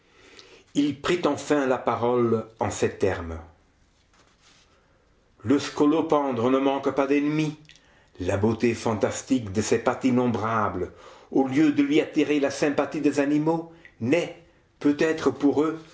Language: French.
il prit enfin la parole en ces termes le scolopendre ne manque pas d'ennemis la beauté fantastique de ses pattes innombrables au lieu de lui attirer la sympathie des animaux n'est peut-être pour eux